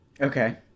Okay